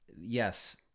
Yes